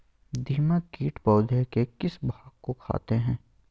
दीमक किट पौधे के किस भाग को खाते हैं?